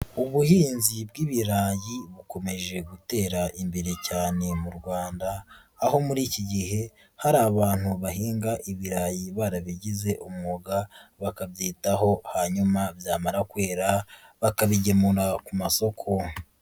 Ubuhinzi bw'ibirayi bukomeje gutera imbere cyane mu Rwanda, aho muri iki gihe hari abantu bahinga ibirayi barabigize umwuga bakabyitaho, hanyuma byamara kwera, bakabigemura ku masoko.